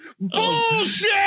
Bullshit